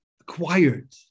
acquired